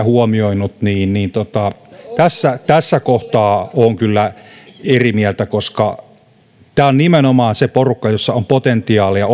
huomioinut niin niin tässä tässä kohtaa olen kyllä eri mieltä koska tämä osatyökykyiset on nimenomaan se porukka jossa on potentiaalia ja